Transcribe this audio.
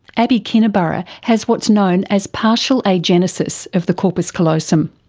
abbie kinniburgh has what's known as partial agenesis of the corpus callosum.